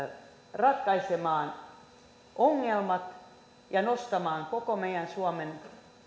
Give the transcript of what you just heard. ratkaisemaan ongelmat ja nostamaan koko suomen